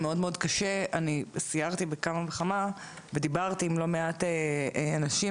אני סיירתי ודיברתי עם לא מעט אנשים,